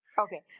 Okay